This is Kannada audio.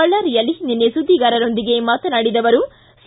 ಬಳ್ಳಾರಿಯಲ್ಲಿ ನಿನ್ನೆ ಸುದ್ಲಿಗಾರರೊಂದಿಗೆ ಮಾತನಾಡಿದ ಅವರು ಸಿ